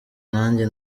nanjye